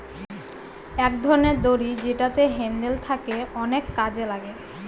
এক ধরনের দড়ি যেটাতে হ্যান্ডেল থাকে অনেক কাজে লাগে